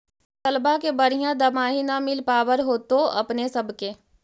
फसलबा के बढ़िया दमाहि न मिल पाबर होतो अपने सब के?